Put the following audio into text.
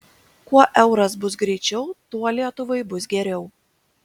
kuo euras bus greičiau tuo lietuvai bus geriau